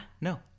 No